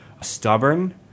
stubborn